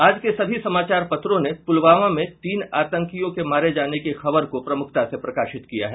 आज के सभी समाचार पत्रों ने पुलवामा में तीन आतंकियों के मारे जाने की खबर को प्रमुखता से प्रकाशित किया है